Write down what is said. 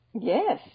Yes